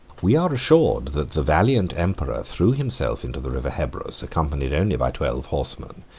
we are assured that the valiant emperor threw himself into the river hebrus, accompanied only by twelve horsemen,